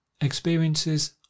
Experiences